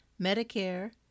Medicare